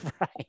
Right